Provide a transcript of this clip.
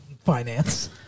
finance